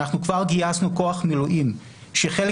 אנחנו כבר גייסנו כוח מילואים שחלק